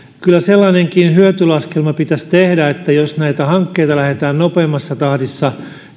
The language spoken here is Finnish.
kyllä sellainenkin hyötylaskelma pitäisi tehdä että jos näitä hankkeita lähdetään nopeimmassa tahdissa